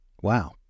Wow